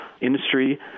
industry